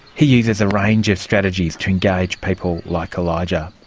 he uses a range of strategies to engage people like elijah.